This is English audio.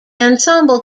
ensemble